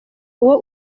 uwo